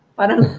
parang